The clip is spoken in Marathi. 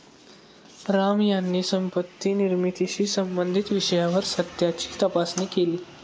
राम यांनी संपत्ती निर्मितीशी संबंधित विषयावर सत्याची तपासणी केली